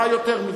מה יותר מזה?